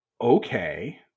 okay